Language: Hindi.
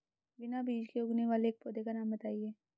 बिना बीज के उगने वाले एक पौधे का नाम बताइए